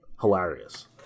hilarious